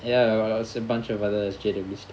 ya what it's a bunch of other S_J_W stuff